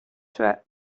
cioè